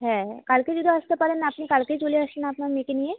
হ্যাঁ হ্যাঁ কালকে যদি আসতে পারেন আপনি কালকেই চলে আসুন আপনার মেয়েকে নিয়ে